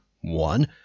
one